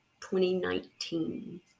2019